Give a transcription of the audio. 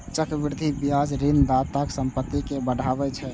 चक्रवृद्धि ब्याज ऋणदाताक संपत्ति कें बढ़ाबै छै